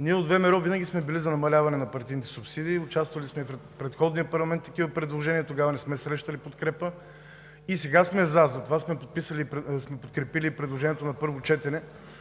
Ние от ВМРО винаги сме били за намаляване на партийните субсидии, участвали сме в предходния парламент и за такива предложения тогава не сме срещали подкрепа и сега сме „за“ и затова сме подкрепили предложението на първо четене